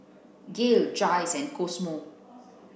Gael Jayce and Cosmo